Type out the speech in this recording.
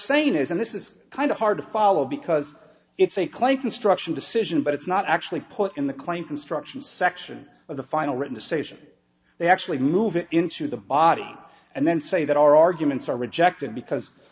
saying is and this is kind of hard to follow because it's a claim construction decision but it's not actually put in the claim construction section of the final written decision they actually move it into the body and then say that our arguments are rejected because